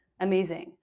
Amazing